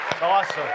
Awesome